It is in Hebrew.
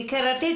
יקירתי,